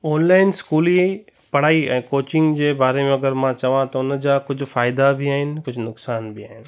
online स्कूली पढ़ाई ऐं कोचिंग जे बारे में अगरि मां चवां त उनजा कुझु फ़ाइदा बि आहिनि कुझु नुक़सान बि आहिनि